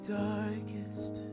darkest